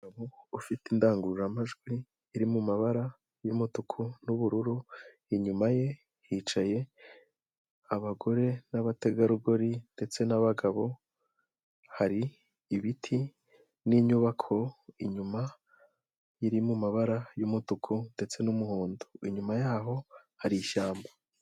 Umugabo ufite indangururamajwi iri mu mabara y'umutuku n'ubururu, inyuma ye hicaye abagore n'abategarugori ndetse n'abagabo, hari ibiti n'inyubako inyuma iri mu mabara y'umutuku ndetse n'umuhondo, inyuma y'aho hari ishyamba.